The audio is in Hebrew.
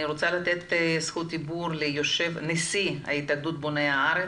אני רוצה לתת זכות דיבור לנשיא התאחדות בוני הארץ,